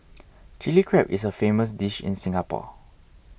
Chilli Crab is a famous dish in Singapore